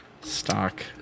stock